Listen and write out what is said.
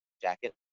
jacket